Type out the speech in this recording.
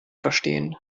verstehen